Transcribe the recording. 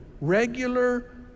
regular